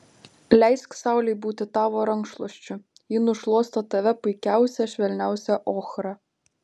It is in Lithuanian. leisk saulei būti tavo rankšluosčiu ji nušluosto tave puikiausia švelniausia ochra